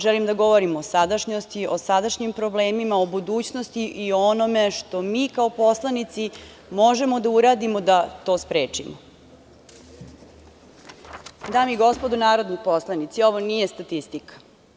Želim da govorim o sadašnjosti, o sadašnjim problemima, o budućnosti i o onome što mi kao poslanici možemo da uradimo da to sprečimo. (Narodna poslanica pokazuje slike.) Dame i gospodo narodni poslanici, ovo nije statistika.